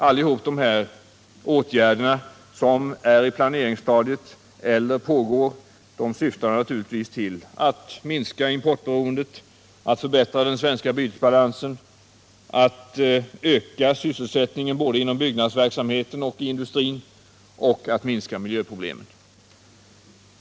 Alla dessa åtgärder, som är i planeringsstadiet eller pågår, syftar naturligtvis till att minska importberoendet, att förbättra den svenska bytesbalansen, att öka sysselsättningen både inom byggnadsverksamheten och i industrin och att minska miljöproblemen.